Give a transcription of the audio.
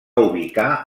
ubicar